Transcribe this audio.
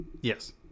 Yes